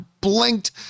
blinked